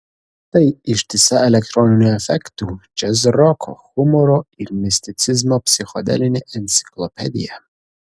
tai ištisa elektroninių efektų džiazroko humoro ir misticizmo psichodelinė enciklopedija